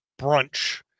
brunch